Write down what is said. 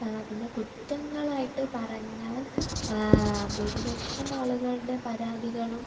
പിന്നെ കുറ്റങ്ങളായിട്ട് പറഞ്ഞാൽ ഭൂരിപക്ഷം ആളുകളുടെ പരാതികളും